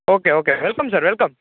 okay okay welcome sir welcome